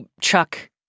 Chuck